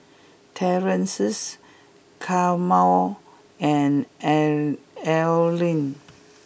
Terrence Carma and arrow Allean